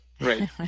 Right